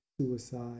suicide